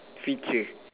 feature